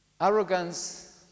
Arrogance